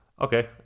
Okay